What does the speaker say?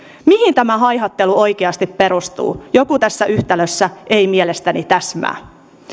mihin tämä haihattelu oikeasti perustuu joku tässä yhtälössä ei mielestäni täsmää